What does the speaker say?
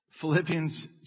Philippians